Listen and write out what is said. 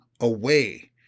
away